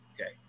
Okay